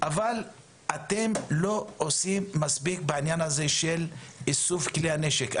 אבל אתם לא עושים מספיק בעניין הזה של איסוף כלי הנשק.